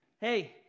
Hey